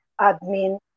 admin